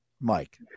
Mike